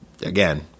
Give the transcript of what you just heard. again